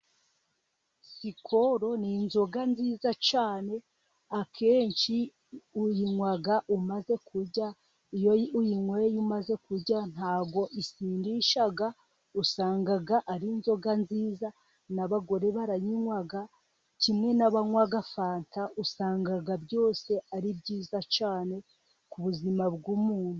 Sikoro ni inzoga nziza cyane akenshi uyinywa umaze kurya, iyo uyinyweye umaze kurya ntabwo isindisha. Usanga ari inzoga nziza n'abagore baranyinywa kimwe n'abanywa fanta usanga byose ari byiza cyane ku buzima bw'umuntu.